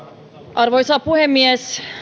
arvoisa puhemies